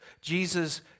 Jesus